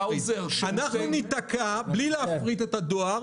אנחנו ניתקע בלי להפריט את הדואר,